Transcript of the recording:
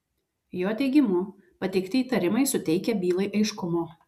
jo teigimu pateikti įtarimai suteikia bylai aiškumo